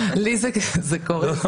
לי זה קורה, זה נורא.